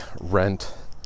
rent